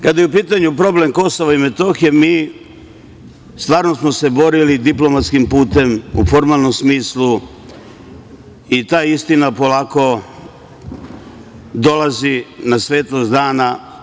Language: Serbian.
Kada je u pitanju problem Kosova i Metohije, stvarno smo se borili diplomatskim putem u formalnom smislu i ta istina polako dolazi na svetlost dana.